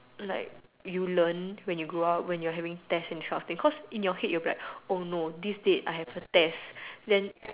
like you learn when you grow up when you are having test and this kind of thing cause in your head you will be like oh no this date I have a test then